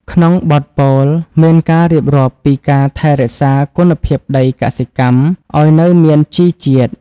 ក្នុងបទពោល មានការរៀបរាប់ពីការថែរក្សាគុណភាពដីកសិកម្មឱ្យនៅមានជីជាតិ។